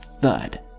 thud